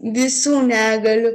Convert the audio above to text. visų negalių